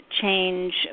change